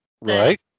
right